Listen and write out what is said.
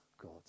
god